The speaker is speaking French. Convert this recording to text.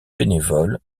bénévoles